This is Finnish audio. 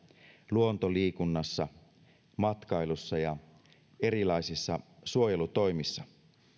luontoliikunnassa matkailussa ja erilaisissa suojelutoimissa